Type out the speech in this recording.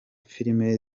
filime